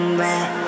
red